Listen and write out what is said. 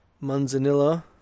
Manzanilla